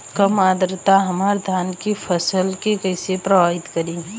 कम आद्रता हमार धान के फसल के कइसे प्रभावित करी?